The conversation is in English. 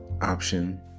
option